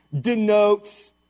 denotes